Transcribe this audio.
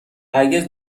هرگز